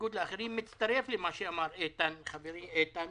בניגוד לאחרים, מצטרף למה שאמר חברי איתן